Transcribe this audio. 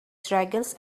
dragons